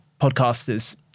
podcasters